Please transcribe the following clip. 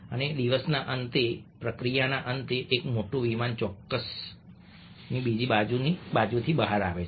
અને દિવસના અંતે અને પ્રક્રિયાના અંતે એક મોટું વિમાન ચોક્કસની બીજી બાજુથી બહાર આવે છે